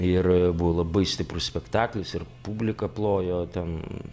ir buvo labai stiprus spektaklis ir publika plojo ten